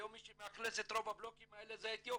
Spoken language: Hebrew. היום מי שמאכלס את רוב הבלוקים האלה זה אתיופים,